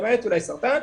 למעט אולי סרטן,